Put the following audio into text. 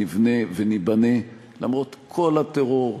נבנה וניבנה למרות כל הטרור,